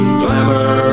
glamour